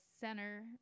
center